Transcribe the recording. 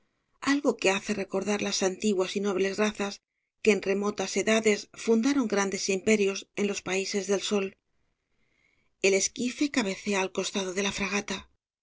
algo que hace recordar las antiguas y nobles razas que en remotas edades fundaron grandes imperios en los países del sol el esquife cabecea al costado de la fragata